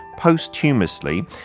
posthumously